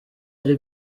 ari